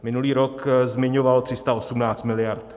Minulý rok zmiňoval 318 mld.